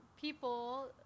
people